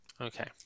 okay